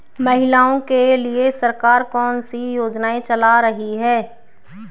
महिलाओं के लिए सरकार कौन सी योजनाएं चला रही है?